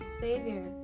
Savior